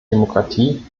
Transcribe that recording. demokratie